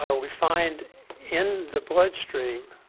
so we find in the bloodstream,